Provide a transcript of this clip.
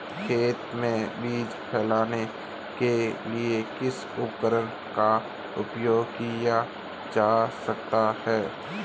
खेत में बीज फैलाने के लिए किस उपकरण का उपयोग किया जा सकता है?